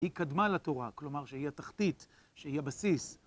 היא קדמה לתורה, כלומר שהיא התחתית, שהיא הבסיס.